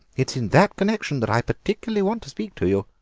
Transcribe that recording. it's in that connection that i particularly want to speak to you.